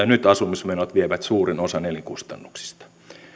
nyt asumismenot vievät suuren osan elinkustannuksista